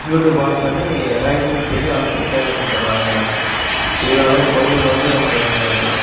YouTube on பண்ணி ரைம்ஸுன்னு சொல்லி ஆன் பண்ணி கையில் கொடுத்துட்றாங்க இதனாலே குழந்தைங்க வந்து அந்த